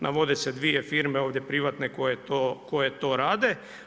Navode se 2 firme ovdje privatne koje to rade.